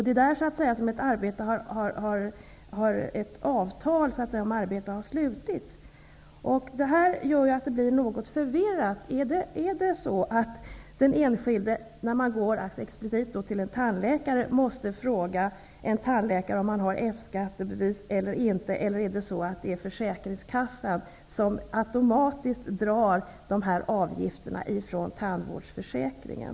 Detta gör att det hela blir något förvirrat. Måste den enskilde fråga sina tandläkare om denne har F skattebevis, eller drar Försäkringskassan automatiskt dessa avgifter från tandvårdsförsäkringen?